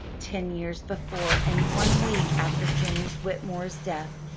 ten years before, and one week after james whitmore's death,